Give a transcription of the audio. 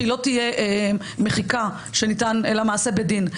שהיא לא תהיה מחיקה שניתן אלא מעשה בדין.